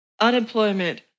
unemployment